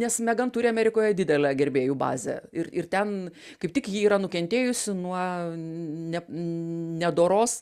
nes megan turi amerikoje didelę gerbėjų bazę ir ir ten kaip tik ji yra nukentėjusi nuo ne nedoros